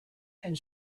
and